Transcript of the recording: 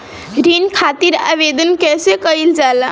ऋण खातिर आवेदन कैसे कयील जाला?